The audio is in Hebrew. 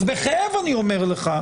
אז בכאב אני אומר לך,